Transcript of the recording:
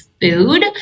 food